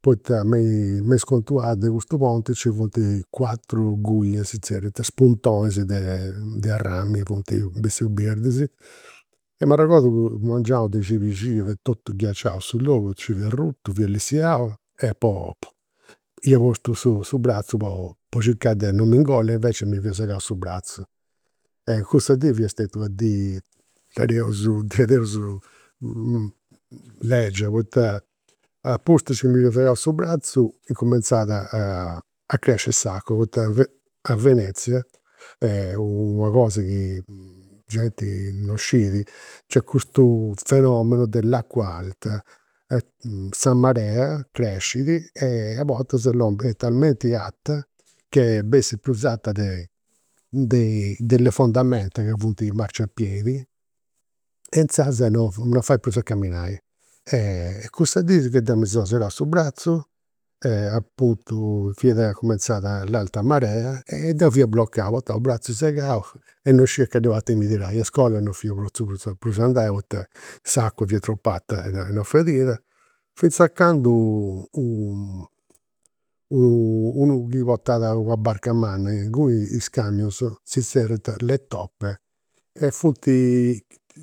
Poita me is contuadas de custu ponti nci funt cuatru guglias, si zerriant, spuntonis de arramini, funt bessius birdis. E m'arregodu unu mengianu de, fiat totu ghiaciau su logu, nci fia arrutu, fia allissinau e po ia postu su bratzu po circai de non m'ingolli e invecias mi fia segau su bratzu. Cussa dì fia stetia una dì, nareus, diaderus legia, poita apustis mi fia segau su bratzu, incumenzat a cresci s'acua, poita a Venezia una cosa chi genti non scidi, nc'est custu fenomeno de s'acua alta. Sa marea crescit a bortas est talmenti che bessit prus arta de delle fondamenta chi funt i marciapiedi e inzaras non fait prus a camminai. Cussa dì deu mi seu segau su bratzu e apuntu fiat cumenzada s' alta marea e deu fia bloccau, portà u' bratzu segau e non scidia a cali parti mi tirai. A iscola non fiu potziu prus andai poita s'acua fia tropu arta e non fadiat. Finzas a candu u unu chi portat una barca manna, inguni is camion si zerriant le toppe, e funt